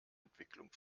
entwicklung